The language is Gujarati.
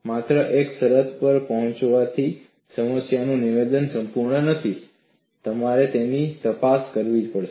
માત્ર એક શરત પર પહોંચવાથી સમસ્યાનું નિવેદન પૂર્ણ નથી તમારે તેની તપાસ કરવી પડશે